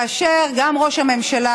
כאשר גם ראש הממשלה,